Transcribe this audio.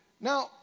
Now